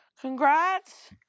Congrats